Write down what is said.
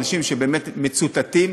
אנשים שבאמת מצוטטים,